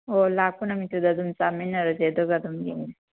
ꯑꯣ ꯂꯥꯛꯄ ꯅꯨꯃꯤꯠꯇꯨꯗ ꯑꯗꯨꯝ ꯆꯥꯃꯤꯟꯅꯔꯁꯦ ꯑꯗꯨꯒ ꯑꯗꯨꯝ ꯌꯦꯡꯉꯁꯦ